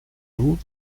vous